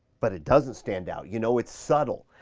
but it doesn't stand out, you know? it's subtle.